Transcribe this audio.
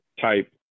type